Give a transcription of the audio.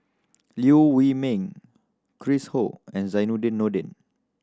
Liew Wee Mee Chris Ho and Zainudin Nordin